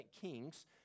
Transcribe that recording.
Kings